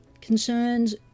concerns